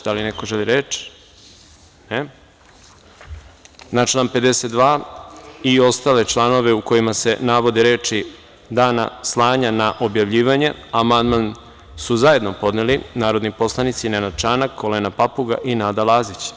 Da li neko želi reč? (Ne) Na član 52. i ostale članove u kojima se navode reči: "Dana slanja na objavljivanje", amandman su zajedno podneli narodni poslanici Nenad Čanak, Olena Papuga i Nada Lazić.